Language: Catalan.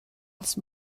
els